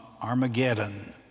Armageddon